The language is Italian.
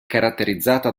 caratterizzata